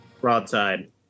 Broadside